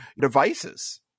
devices